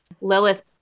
Lilith